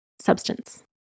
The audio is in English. substance